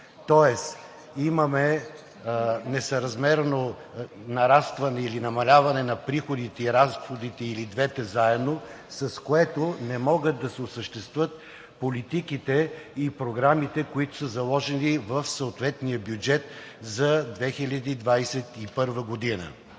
тоест имаме несъразмерно нарастване или намаляване на приходите и разходите или двете заедно, с което не могат да се осъществят политиките и програмите, които са заложени в съответния бюджет за 2021 г.